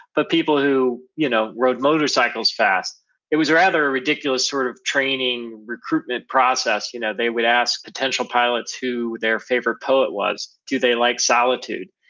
but people who you know rode motorcycles fast it was rather a ridiculous sort of training, recruitment process. you know they would ask potential pilots who their favorite poet was, do they like solitude,